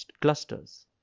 clusters